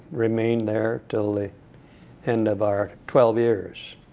remained there till the end of our twelve years.